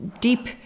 deep